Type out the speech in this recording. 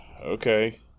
okay